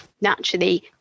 naturally